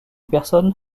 personne